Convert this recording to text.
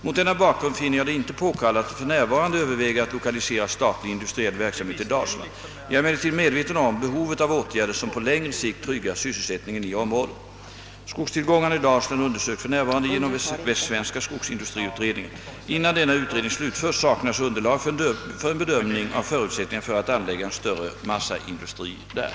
Mot denna bakgrund finner jag det inte påkallat att f. n. överväga att lokalisera statlig industriell verksamhet till Dalsland. Jag är emellertid medveten om behovet av åtgärder som på längre sikt tryggar sysselsättningen i området. Skogstillgångarna i Dalsland undersöks f. n. genom västsvenska skogsindustriutredningen. Innan denna utredning slutförts saknas underlag för en bedömning av förutsättningarna för att anlägga en större massaindustri där.